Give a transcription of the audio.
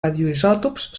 radioisòtops